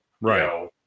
Right